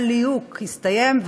הליהוק הסתיים,